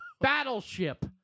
Battleship